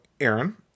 Aaron